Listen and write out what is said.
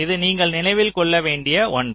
இது நீங்கள் நினைவில் கொள்ள வேண்டிய ஒன்று